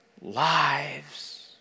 lives